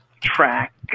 track